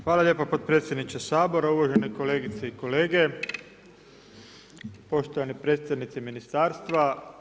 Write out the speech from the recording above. Hvala lijepo potpredsjedniče Sabora, uvažene kolegice i kolege, poštovani predstavnici Ministarstva.